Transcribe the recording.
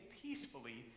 peacefully